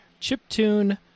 chiptune